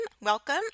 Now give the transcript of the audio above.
welcome